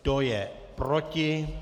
Kdo je proti?